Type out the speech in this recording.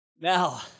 Now